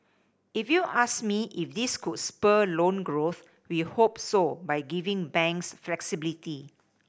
if you ask me if this could spur loan growth we hope so by giving banks flexibility